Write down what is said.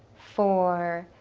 four,